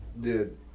Dude